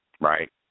Right